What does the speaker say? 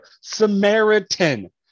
Samaritan